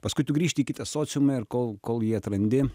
paskui tu sugrįžti į kitą sociumą ir kol kol jį atrandi